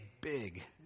Big